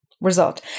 result